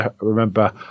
remember